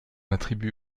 attribue